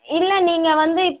இல்லை நீங்கள் வந்து இப்